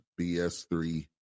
BS3